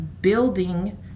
building